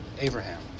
Abraham